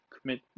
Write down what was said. commit